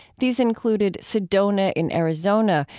these included sedona in arizona,